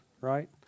right